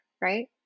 right